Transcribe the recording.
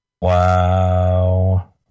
Wow